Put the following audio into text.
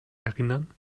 erinnern